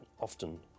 often